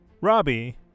Robbie